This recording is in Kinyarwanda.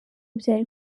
byari